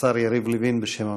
השר יריב לוין בשם הממשלה.